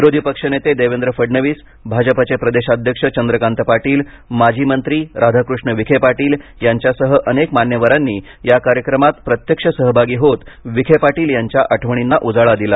विरोधी पक्षनेते देवेंद्र फडणवीस भाजपाचे प्रदेशाध्यक्ष चंद्रकांत पाटील माजी मंत्री राधाकृष्ण विखे पाटील यांच्यासह अनेक मान्यवरांनी या कार्यक्रमात प्रत्यक्ष सहभागी होत विखे पाटील यांच्या आठवर्णींना उजाळा दिला